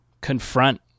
confront